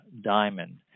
diamond